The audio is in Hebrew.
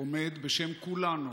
עומד בשם כולנו